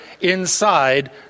inside